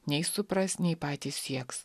nei supras nei patys sieks